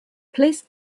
placed